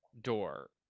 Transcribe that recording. door